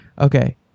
okay